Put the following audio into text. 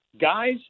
guys